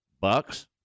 Bucks